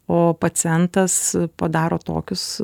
o pacientas padaro tokius